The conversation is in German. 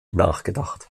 nachgedacht